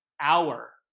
hour